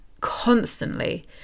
constantly